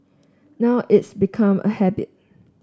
now it's become a habit